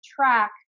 track